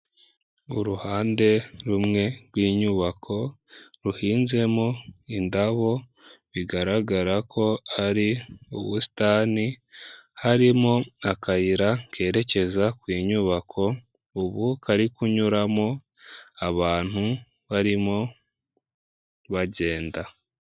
Uruhande rumwe rw'inyubako ruhinzemo indabo bigaragara ko ari ubusitani, harimo akayira kerekeza ku inyubako ubu kari kunyuramo abantu barimo bagenda.